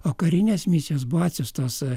o karinės misijos buvo atsiųstos